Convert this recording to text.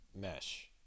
mesh